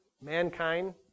mankind